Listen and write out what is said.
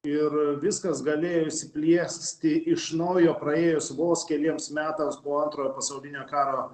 ir viskas galėjo įsiplieksti iš naujo praėjus vos keliems metams po antrojo pasaulinio karo